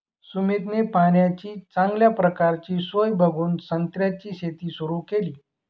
सुमितने पाण्याची चांगल्या प्रकारची सोय बघून संत्र्याची शेती सुरु केली